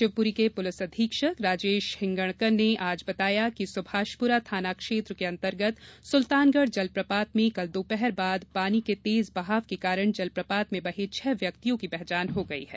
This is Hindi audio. शिवपूरी के पूलिस अधीक्षक राजेश हिंगणकर ने आज बताया कि सुभाषपूरा थाना क्षेत्र अंतर्गत सुल्तानगढ़ जलप्रपात में कल दोपहर बाद पानी के तेज बहाव के कारण जलप्रपात में बहे छह व्यक्तियों की पहचान हो गई है